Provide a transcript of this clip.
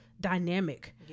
dynamic